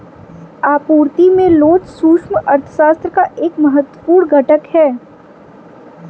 आपूर्ति में लोच सूक्ष्म अर्थशास्त्र का एक महत्वपूर्ण घटक है